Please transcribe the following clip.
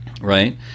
right